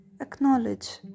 acknowledge